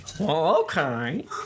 okay